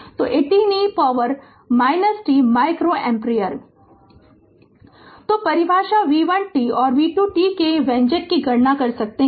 Refer Slide Time 2959 तोपरिभाषा v1 t और v2 t के लिए व्यंजक की गणना कर सकती है